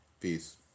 Peace